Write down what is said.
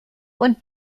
und